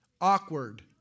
Awkward